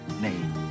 name